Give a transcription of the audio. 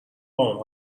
باهام